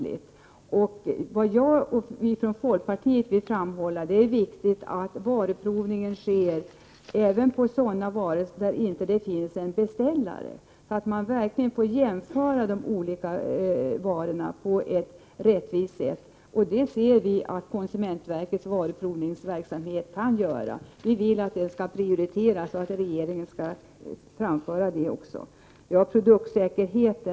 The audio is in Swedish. Jag och folkpartiet i övrigt vill framhålla att det är viktigt att varuprovningen även sker på sådana varor av vilka det inte finns en beställare. Därmed kan de olika varorna jämföras på ett rättvist sätt. Vi ser att man inom konsumentverkets varuprovningsverksamhet kan göra det. Vi vill att regeringen skall framföra att detta skall prioriteras.